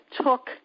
took